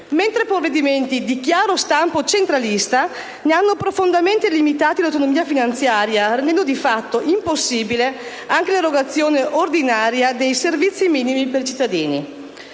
mentre provvedimenti di chiaro stampo centralista ne hanno profondamente limitato l'autonomia finanziaria, rendendo di fatto impossibile anche l'erogazione ordinaria dei servizi minimi per i cittadini.